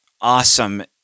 awesome